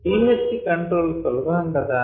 pH control సులభం గదా